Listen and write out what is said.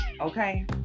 okay